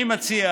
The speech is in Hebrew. אני מציע